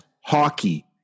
hockey